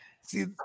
See